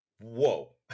Whoa